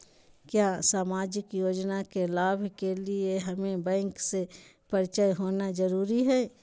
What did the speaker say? क्या सामाजिक योजना के लाभ के लिए हमें बैंक से परिचय होना जरूरी है?